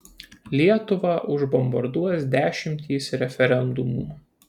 lietuvą užbombarduos dešimtys referendumų